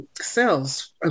cells